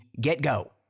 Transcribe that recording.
get-go